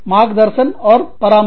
मार्गदर्शन एवं परामर्श